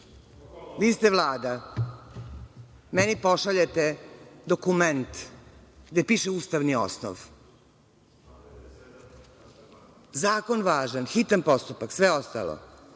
vi ste Vlada. Meni pošaljete dokument gde piše ustavni osnov. Zakona važan, hitan postupak i sve ostalo.